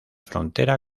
frontera